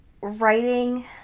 writing